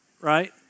right